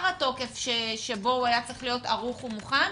המועד שבו הוא היה אמור להיות ערוך ומוכן,